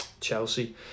Chelsea